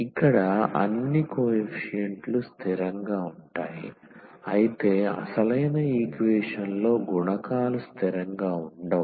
ఇక్కడ అన్ని కోఎఫీషియంట్లు స్థిరంగా ఉంటాయి అయితే అసలైన ఈక్వేషన్ లో గుణకాలు స్థిరంగా ఉండవు